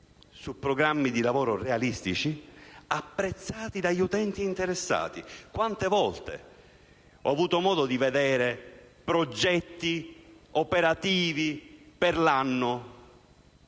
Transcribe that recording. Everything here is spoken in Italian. su programmi di lavoro realistici, apprezzati dagli utenti interessati. Quante volte ho avuto modo di vedere progetti operativi per l'anno